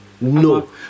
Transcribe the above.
No